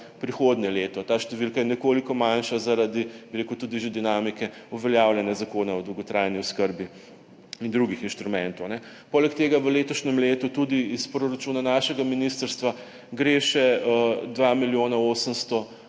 prihodnje leto. Ta številka je tudi že nekoliko manjša zaradi dinamike uveljavljanja Zakona o dolgotrajni oskrbi in drugih inštrumentov. Poleg tega gre v letošnjem letu tudi iz proračuna našega ministrstva še 2 milijona 800